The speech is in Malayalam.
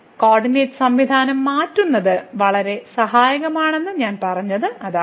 കോർഡിനേറ്റ് സംവിധാനം മാറ്റുന്നത് വളരെ സഹായകരമാണെന്ന് ഞാൻ പറഞ്ഞത് അതാണ്